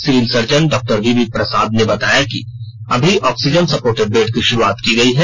civil सर्जन डा VB Prasad ने बताया कि अमी ऑक्सीजन सपोर्टेड बेड की शुरुआत की गई है